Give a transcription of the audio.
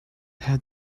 had